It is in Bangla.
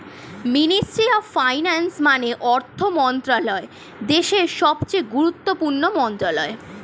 মিনিস্ট্রি অফ ফাইন্যান্স মানে অর্থ মন্ত্রণালয় দেশের সবচেয়ে গুরুত্বপূর্ণ মন্ত্রণালয়